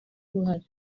uruhare